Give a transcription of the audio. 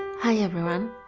hi everyone!